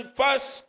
first